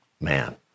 man